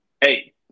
Hey